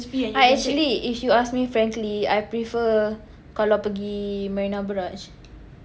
ah actually if you ask me frankly I prefer kalau pergi Marina Barrage